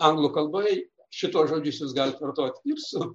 anglų kalboj šituos žodžius jūs galit vartot su